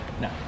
No